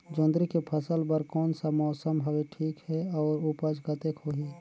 जोंदरी के फसल बर कोन सा मौसम हवे ठीक हे अउर ऊपज कतेक होही?